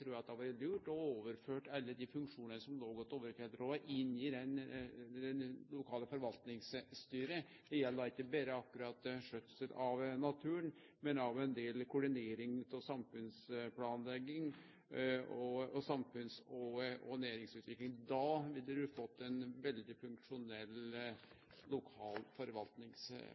trur det hadde vore lurt å overføre alle dei funksjonane som låg i Dovrefjellrådet, til det lokale forvaltingsstyret. Det gjeld ikkje berre akkurat skjøtsel av naturen, men òg ein del koordinering av samfunnsplanlegging og samfunns- og næringsutvikling. Da ville vi fått ein veldig funksjonell lokal